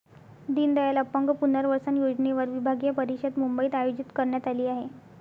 दीनदयाल अपंग पुनर्वसन योजनेवर विभागीय परिषद मुंबईत आयोजित करण्यात आली आहे